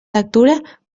lectura